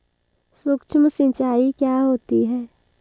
सुक्ष्म सिंचाई क्या होती है?